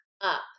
up